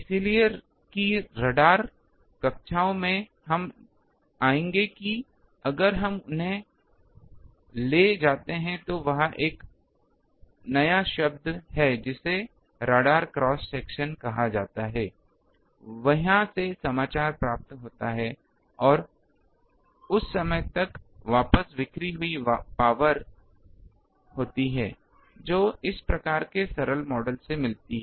इसलिए कि राडार कक्षाओं में हम आएंगे कि अगर हम उन्हें ले जाते हैं तो वहां एक नया शब्द है जिसे रडार क्रॉस सेक्शन कहा जाता है वहां से समाचार प्राप्त होता है और उस समय तक वापस बिखरी हुई पावर होती है जो इन प्रकार के सरल मॉडल से मिलती है